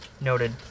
Noted